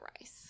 Rice